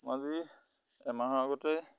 আজি এমাহৰ আগতে